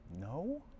no